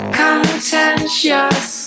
contentious